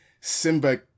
Simba